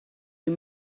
you